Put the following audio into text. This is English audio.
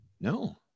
no